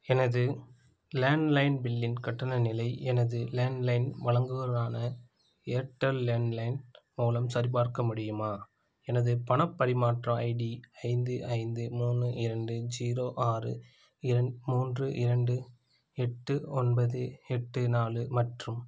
எனது லேண்ட்லைன் பில்லின் கட்டண நிலை எனது லேண்ட்லைன் வழங்குவரான ஏர்டெல் லேண்ட்லைன் மூலம் சரிபார்க்க முடியுமா எனது பணப் பரிமாற்ற ஐடி ஐந்து ஐந்து மூணு இரண்டு ஜீரோ ஆறு இரண் மூன்று இரண்டு எட்டு ஒன்பது எட்டு நாலு மற்றும்